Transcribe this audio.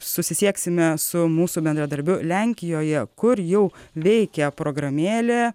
susisieksime su mūsų bendradarbiu lenkijoje kur jau veikia programėlė